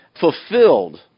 fulfilled